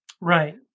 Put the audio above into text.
Right